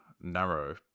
narrow